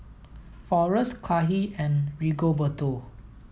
Forest Kahlil and Rigoberto